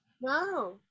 No